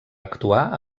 actuar